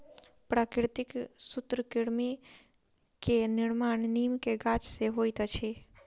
प्राकृतिक सूत्रकृमि के निर्माण नीम के गाछ से होइत अछि